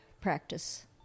practice